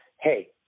hey